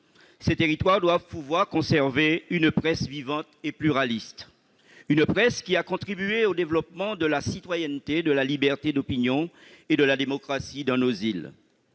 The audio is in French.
Ces territoires doivent pouvoir conserver une presse vivante et pluraliste, une presse qui a contribué au développement de la citoyenneté, de la liberté d'opinion et de la démocratie dans nos îles.